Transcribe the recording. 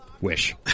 Wish